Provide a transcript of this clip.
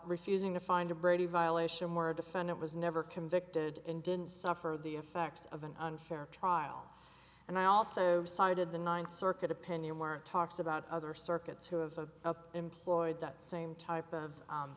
refusing to find a brady violation where a defendant was never convicted and didn't suffer the effects of an unfair trial and i also cited the ninth circuit opinion where it talks about other circuits who have a employed that same type